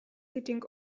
sitting